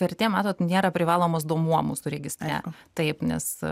vertė matot nėra privalomas duomuo mūsų registre taip nes